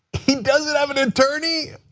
he doesn't have an attorney?